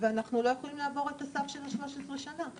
ואנחנו לא יכולים לעבור את הסף של ה-13 שנה,